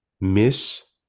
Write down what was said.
miss